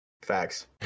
Facts